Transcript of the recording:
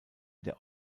der